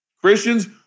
Christians